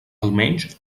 almenys